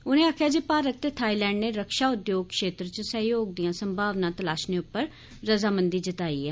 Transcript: उनें आक्खेआ जे भारत ते थाईलैंड ने रक्षा उद्योग क्षेत्र च सैहयोग दियां संभावना तलाशने उप्पर रजामंदी जताई ऐ